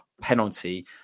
penalty